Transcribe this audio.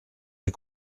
des